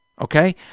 Okay